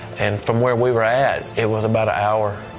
and from where we were at, it was about an hour.